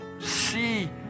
see